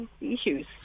issues